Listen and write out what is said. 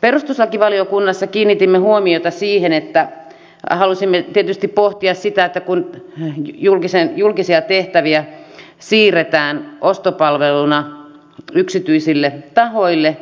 perustuslakivaliokunnassa kiinnitimme huomiota siihen halusimme tietysti pohtia sitä että kun julkisia tehtäviä siirretään ostopalveluna yksityisille tahoille